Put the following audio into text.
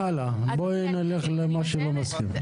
הלאה, בואי נלך למה שלא מסכימים.